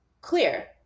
clear